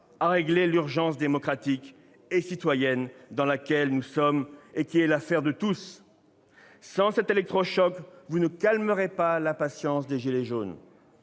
situation d'urgence démocratique et citoyenne dans laquelle nous sommes, et qui est l'affaire de tous. Sans cet électrochoc, vous ne calmerez pas l'impatience des « gilets jaunes